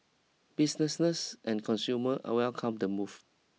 businesses and consumer are welcomed the move